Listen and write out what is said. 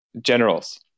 generals